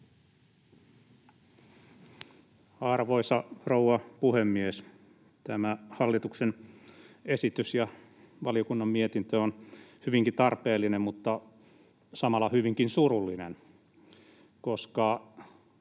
Arvoisa rouva puhemies! Tämä hallituksen esitys ja valiokunnan mietintö ovat hyvinkin tarpeellisia mutta samalla hyvinkin surullisia, koska